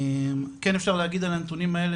כן אפשר להגיד על הנתונים האלה,